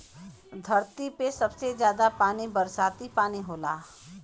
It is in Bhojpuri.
धरती पे सबसे जादा पानी बरसाती पानी होला